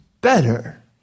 better